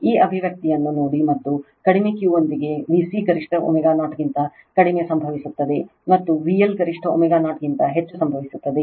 ಈ ಅಭಿವ್ಯಕ್ತಿಯನ್ನು ನೋಡಿ ಮತ್ತು ಕಡಿಮೆ Q ಯೊಂದಿಗೆ VCಗರಿಷ್ಠω0 ಗಿಂತ ಕಡಿಮೆ ಸಂಭವಿಸುತ್ತದೆ ಮತ್ತು VL ಗರಿಷ್ಠ ω0 ಕ್ಕಿಂತ ಹೆಚ್ಚು ಸಂಭವಿಸುತ್ತದೆ